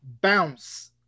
Bounce